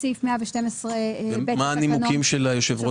מה הנימוקים של היושב-ראש?